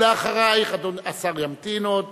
אחרייך השר ימתין עוד.